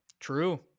True